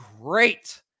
great